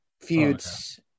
feuds